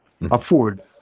afford